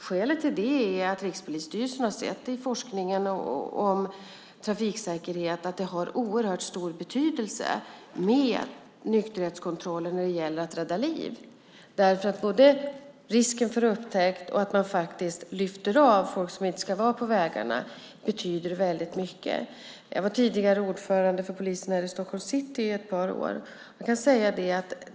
Skälet till det är att Rikspolisstyrelsen i forskningen om trafiksäkerhet har sett att nykterhetskontroller har oerhört stor betydelse för att rädda liv. Risken för upptäckt och att man faktiskt lyfter bort folk som inte ska vara på vägarna betyder väldigt mycket. Jag var tidigare ordförande för polisen i Stockholms city i ett par år.